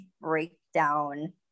breakdown